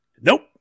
Nope